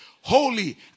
holy